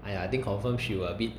!aiya! I think confirm she will a bit